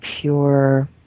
pure